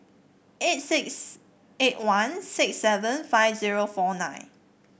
eight six eight one ix seven five zero four nine